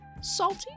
Salty